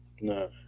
No